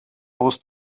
aus